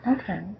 Okay